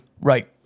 Right